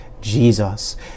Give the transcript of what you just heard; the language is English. Jesus